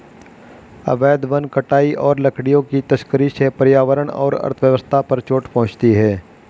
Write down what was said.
अवैध वन कटाई और लकड़ियों की तस्करी से पर्यावरण और अर्थव्यवस्था पर चोट पहुँचती है